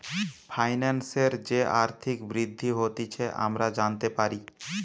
ফাইন্যান্সের যে আর্থিক বৃদ্ধি হতিছে আমরা জানতে পারি